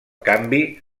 canvi